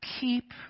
Keep